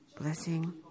blessing